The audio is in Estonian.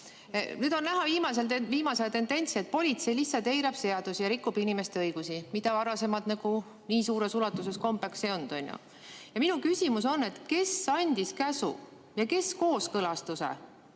Nüüd on näha viimasel ajal tendentsi, et politsei lihtsalt eirab seadusi ja rikub inimeste õigusi, mida varasemalt nagu nii suures ulatuses kombeks ei olnud. Minu küsimus on: kes andis käsu ja kes kooskõlastuse